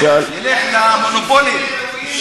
ילך למונופולים.